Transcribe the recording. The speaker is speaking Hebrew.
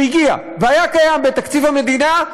שהגיע והיה קיים בתקציב המדינה,